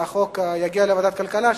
שהחוק יגיע לוועדת הכלכלה.